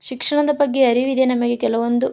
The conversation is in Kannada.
ಶಿಕ್ಷಣದ ಬಗ್ಗೆ ಅರಿವಿದೆ ನಮಗೆ ಕೆಲವೊಂದು